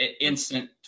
instant